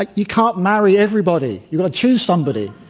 like you can't marry everybody. you've got to choose somebody,